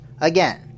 Again